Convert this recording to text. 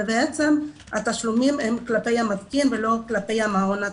ובעצם התשלומים הם כלפי המתקין ולא המעון עצמו.